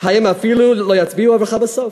הם אפילו לא יצביעו עבורך בסוף.